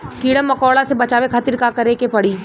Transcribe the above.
कीड़ा मकोड़ा से बचावे खातिर का करे के पड़ी?